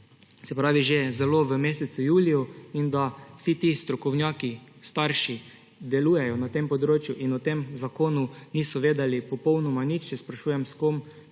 smo danes že zelo v mesecu juliju in da vsi ti strokovnjaki, starši, ki delujejo na tem področju, o tem zakonu niso vedeli popolnoma nič, se sprašujem, s kom